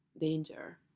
danger